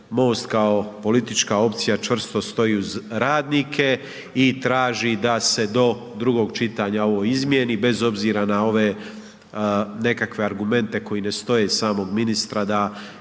MOST kao politička opcija čvrsto stoji uz radnike i traži da se do drugog čitanja ovo izmijeni bez obzira na ove nekakve argumente koji ne stoje i samog ministra da